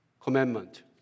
Commandment